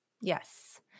Yes